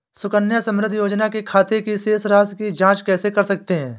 सुकन्या समृद्धि योजना के खाते की शेष राशि की जाँच कैसे कर सकते हैं?